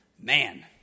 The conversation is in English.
Man